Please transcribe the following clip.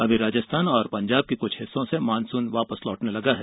अभी राजस्थान और पंजाब के कुछ हिस्सों से मानसून लौटने लगा है